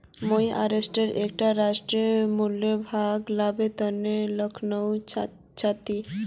मुई अर्थशास्त्रेर एकटा राष्ट्रीय सम्मेलनत भाग लिबार तने लखनऊ जाछी